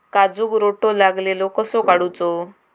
काजूक रोटो लागलेलो कसो काडूचो?